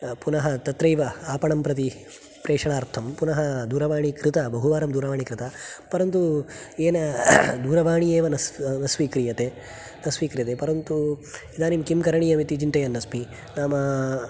पुनः तत्रैव आपणं प्रति प्रेषणार्थं पुनः दूरवाणी कृता बहुवारं दूरवाणी कृता परन्तु येन दूरवाणी एव न स्वी न स्वीक्रियते न स्वीक्रियते परन्तु इदानीं किं करणीयमिति चिन्तयन्नस्मि नाम